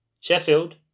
Sheffield